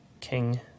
King